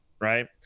right